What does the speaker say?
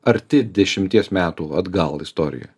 arti dešimties metų atgal istorija